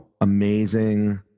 amazing